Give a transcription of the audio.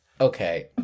Okay